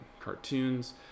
cartoons